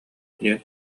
диэн